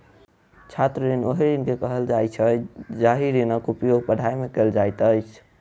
छात्र ऋण ओहि ऋण के कहल जाइत छै जाहि ऋणक उपयोग पढ़ाइ मे कयल जाइत अछि